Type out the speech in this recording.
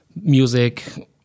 music